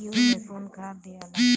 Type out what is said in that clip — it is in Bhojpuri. गेहूं मे कौन खाद दियाला?